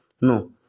no